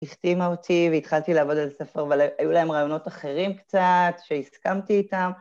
התחתימה אותי והתחלתי לעבוד על ספר, אבל היו להם רעיונות אחרים קצת, שהסכמתי איתם.